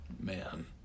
man